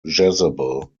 jezebel